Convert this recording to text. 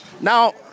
Now